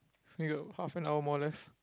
we got half and hour more left